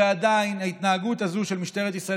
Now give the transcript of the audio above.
ועדיין ההתנהגות הזאת של משטרת ישראל,